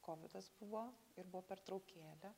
kovidas buvo ir buvo pertraukėlė